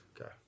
Okay